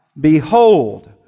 behold